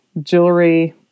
jewelry